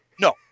No